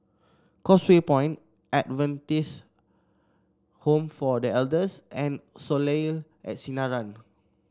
Causeway Point Adventist Home for The Elders and Soleil at Sinaran